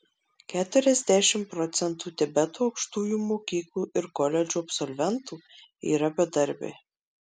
keturiasdešimt procentų tibeto aukštųjų mokyklų ir koledžų absolventų yra bedarbiai